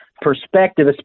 perspective